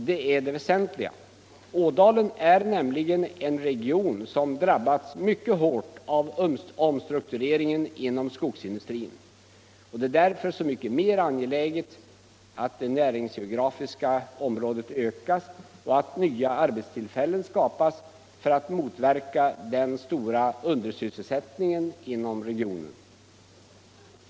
Detta är det väsentliga. Ådalen är nämligen en region som drabbats mycket hårt av omstruktureringen inom skogsindustrin. Det är därför så mycket mer angeläget att det näringsgeografiska området ökas och att nya arbetstillfällen skapas för att motverka den stora undersysselsättningen inom regionen.